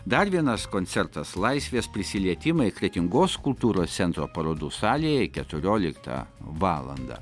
dar vienas koncertas laisvės prisilietimai kretingos kultūros centro parodų salėje keturioliktą valandą